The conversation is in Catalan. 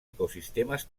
ecosistemes